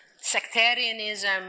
Sectarianism